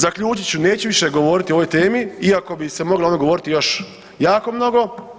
Zaključit ću, neću više govoriti o ovoj temi iako bi se moglo o njoj govoriti jako mnogo.